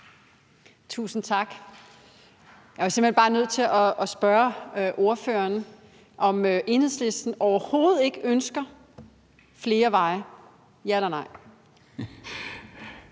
Tusind tak. Jeg er simpelt hen bare nødt til at spørge ordføreren, om Enhedslisten overhovedet ikke ønsker flere veje – ja eller nej.